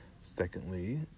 secondly